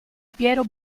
piero